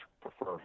prefer